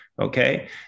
Okay